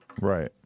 Right